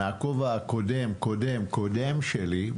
מהכובע הקודם קודם קודם שלי,